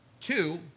Two